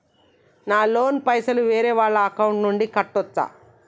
నా లోన్ పైసలు వేరే వాళ్ల అకౌంట్ నుండి కట్టచ్చా?